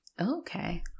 Okay